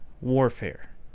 warfare